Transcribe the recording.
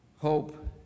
hope